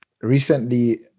recently